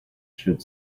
should